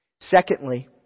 Secondly